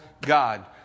God